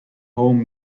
home